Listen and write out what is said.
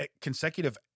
consecutive